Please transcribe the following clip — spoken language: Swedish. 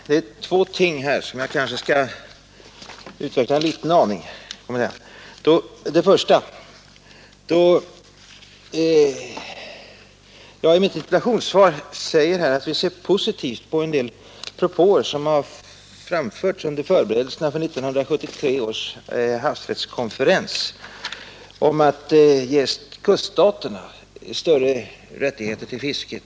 Det finns två saker som jag kanske här skall försöka utveckla något mera. I mitt interpellationssvar har jag framhållit att vi ser positivt på en del propåer som under förberedelserna till 1973 års havsrättskonferens har gjorts om att ge kuststaterna större rätt till fisket.